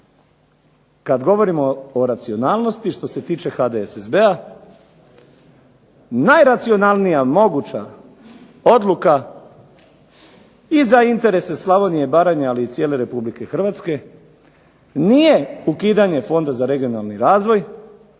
kad govorimo o racionalnosti, što se tiče HDSSB-a najracionalnija moguća odluka i za interese Slavonije i Baranje, ali i cijele Republike Hrvatske nije ukidanje Fonda za regionalni razvoj